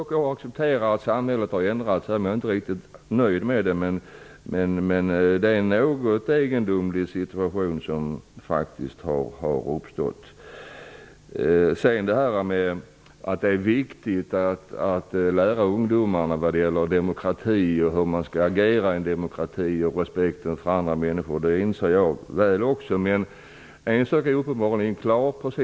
Jag accepterar att samhället har ändrats, även om jag inte är riktigt nöjd med det, men den situation som har uppstått är faktiskt något egendomlig. Också jag inser att det är viktigt att lära ungdomarna vad demokrati är, hur man skall agera i en demokrati och att man skall ha respekt för andra människor.